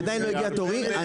עדיין לא הגיע תורי.